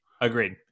Agreed